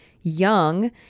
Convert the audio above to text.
young